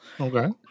Okay